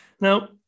Now